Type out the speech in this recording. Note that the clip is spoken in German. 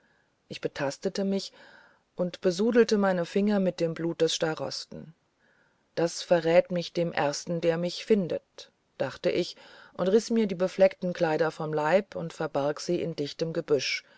ich betastete mich und besudelte meine finger mit dem blut des starosten das verrät mich dem ersten der mich findet dachte ich und riß mir die befleckten kleider vom leibe und verbarg sie in dichtes gesträuch